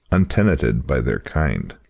untenanted by their kind.